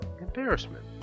embarrassment